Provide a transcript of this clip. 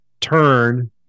turn